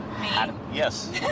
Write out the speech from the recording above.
yes